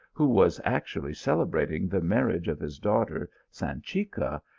who was actually celebrating the marriage of his daughter sanchica,